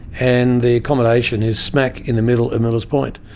and the accommodation is smack in the middle of millers point.